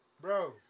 bro